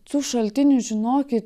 tų šaltinių žinokit